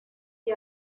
que